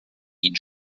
ihn